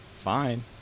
Fine